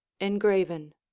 engraven